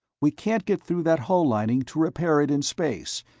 we can't get through that hull lining to repair it in space,